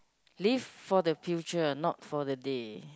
live for the future not for the day